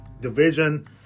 division